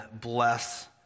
bless